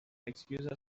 excuse